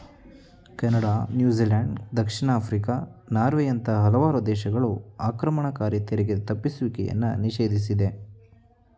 Canada, New Zealand, ದಕ್ಷಿಣ Africa, ನಾರ್ವೆಯಂತ ಹಲವಾರು ದೇಶಗಳು ಆಕ್ರಮಣಕಾರಿ ತೆರಿಗೆ ತಪ್ಪಿಸುವಿಕೆಯನ್ನು ನಿಷೇಧಿಸಿದೆ